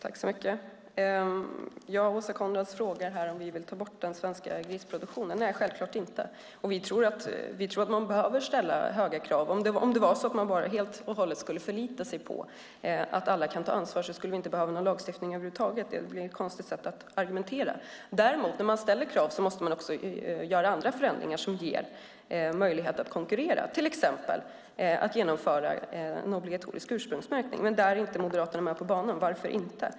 Herr talman! Åsa Coenraads frågar om vi vill ta bort den svenska grisproduktionen. Nej, självklart inte. Vi tror att man behöver ställa höga krav. Om man helt och hållet kunde förlita sig på att alla kunde ta ansvar skulle vi inte behöva någon lagstiftning över huvud taget. Det blir ett konstigt sätt att argumentera. Däremot måste man när man ställer krav också göra andra förändringar som ger möjlighet att konkurrera, till exempel att införa en obligatorisk ursprungsmärkning. Där är dock inte Moderaterna med på banan. Varför inte?